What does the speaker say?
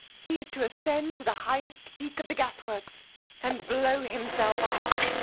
he is to ascend to the highest peak of the gas-works and blow himself up.